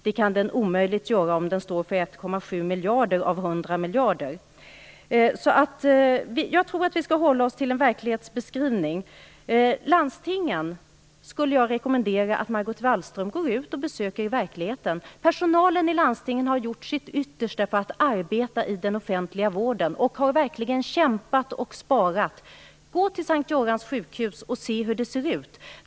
Det kan den omöjligt göra om den den står för 1,7 miljarder av totalt 100 miljarder. Jag tror att vi skall hålla oss till en verklighetsbeskrivning. Jag skulle rekommendera Margot Wallström att gå ut och besöka landstingen i verkligheten. Personalen i landstingen har gjort sitt yttersta för att arbeta i den offentliga vården. De har verkligen kämpat och sparat. Gå till S:t Görans sjukhus och se hur det ser ut.